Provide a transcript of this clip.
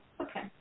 Okay